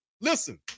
Listen